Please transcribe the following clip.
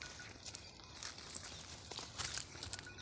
ಬಂಡವಾಳ ಹೂಡಕಿ ಯಾವಾಗ್ ಮಾಡ್ಬಹುದು?